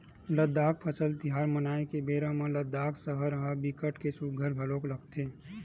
लद्दाख फसल तिहार मनाए के बेरा म लद्दाख सहर ह बिकट के सुग्घर घलोक लगथे